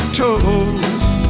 toes